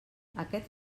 aquest